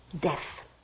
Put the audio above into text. Death